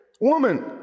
woman